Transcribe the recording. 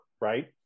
right